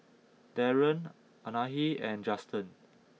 Darrien Anahi and Juston